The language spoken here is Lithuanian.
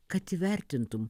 kad įvertintum